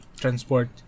transport